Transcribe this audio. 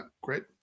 Great